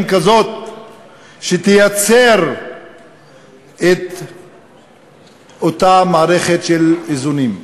כזאת שתייצר את אותה מערכת של איזונים.